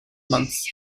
months